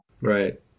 Right